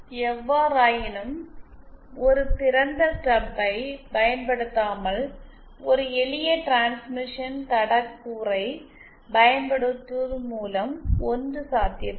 எவ்வாறாயினும் ஒரு திறந்த ஸ்டப்பை பயன்படுத்தாமல் ஒரு எளிய டிரான்ஸ்மிஷன் தட கூறை பயன்படுத்துவதன் மூலம் ஒன்று சாத்தியப்படும்